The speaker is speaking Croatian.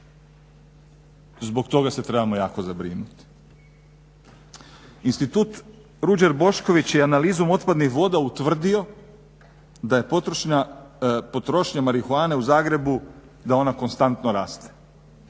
zbog toga se trebamo jako zabrinuti. Institut Ruđer Bošković je analizom otpadnih voda utvrdio da je potrošnja marihuane u Zagrebu, da ona konstantno raste